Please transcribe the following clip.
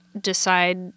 decide